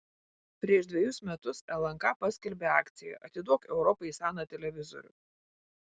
prieš dvejus metus lnk paskelbė akciją atiduok europai seną televizorių